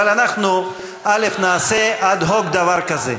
אבל אנחנו נעשה אד-הוק דבר כזה: